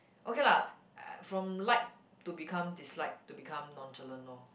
okay lah from like to become dislike to become nonchalant lor